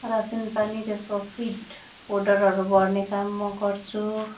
रासिन पानी त्यसको फिड फोडरहरू भर्ने काम म गर्छु